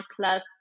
plus